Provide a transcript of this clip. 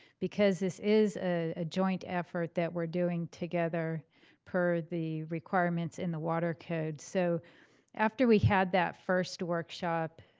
because this is a joint effort that we're doing together per the requirements in the water code. so after we had that first workshop,